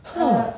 !huh!